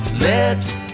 Let